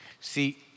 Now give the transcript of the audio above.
See